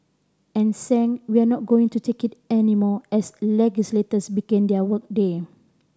and sang We're not going to take it anymore as legislators began their work day